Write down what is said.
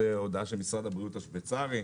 זאת הודעה של משרד הבריאות השוויצרי.